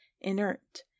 inert